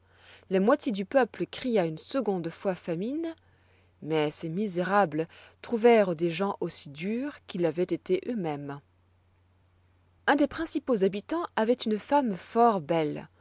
la moitié du peuple cria une seconde fois famine mais ces misérables trouvèrent des gens aussi durs qu'ils l'avoient été eux-mêmes un des principaux habitants avoit une femme fort belle